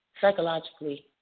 psychologically